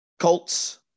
Colts